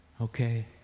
Okay